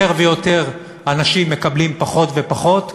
יותר ויותר אנשים מקבלים פחות ופחות,